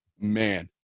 Man